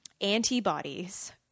antibodies